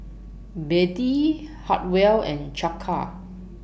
Bettie Hartwell and Chaka